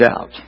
out